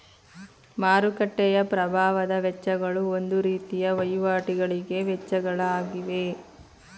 ಮಾರುಕಟ್ಟೆಯ ಪ್ರಭಾವದ ವೆಚ್ಚಗಳು ಒಂದು ರೀತಿಯ ವಹಿವಾಟಿಗಳಿಗೆ ವೆಚ್ಚಗಳ ಆಗಿವೆ